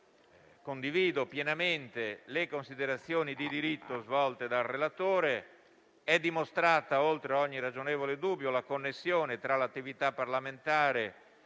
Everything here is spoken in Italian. Condivido pienamente le considerazioni di diritto svolte dal relatore: è dimostrata oltre ogni ragionevole dubbio la connessione tra l'attività parlamentare